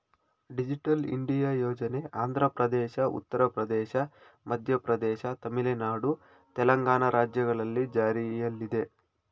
digital India ಯೋಜನೆ ಆಂಧ್ರಪ್ರದೇಶ, ಉತ್ತರ ಪ್ರದೇಶ, ಮಧ್ಯಪ್ರದೇಶ, ತಮಿಳುನಾಡು, ತೆಲಂಗಾಣ ರಾಜ್ಯಗಳಲ್ಲಿ ಜಾರಿಲ್ಲಿದೆ